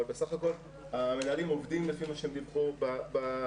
אבל בסך הכול המנהלים עובדים לפי מה שהם דיווחו במערכות.